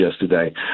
yesterday